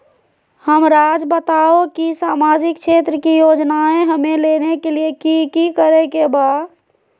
हमराज़ बताओ कि सामाजिक क्षेत्र की योजनाएं हमें लेने के लिए कि कि करे के बा?